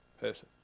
person